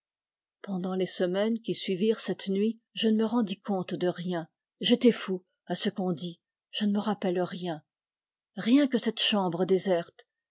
pendant les semaines qui suivirent cette nuit je ne me rendis compte de rien j'étais fou à ce qu'on dit je ne me rappelle rien rien que cette chambre déserte